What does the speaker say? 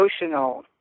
emotional